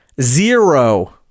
Zero